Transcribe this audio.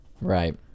right